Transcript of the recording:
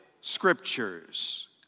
scriptures